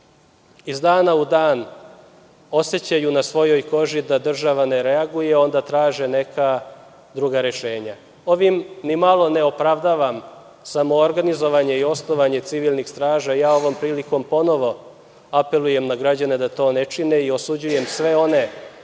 iz dana u dan osećaju na svojoj koži da država ne reaguje, onda traže neka druga rešenja. Ovim ni malo ne opravdavam samoorganizovanje i osnovanje civilnih straža. Ja ovom prilikom ponovo apelujem na građane da to ne čine i osuđujem sve one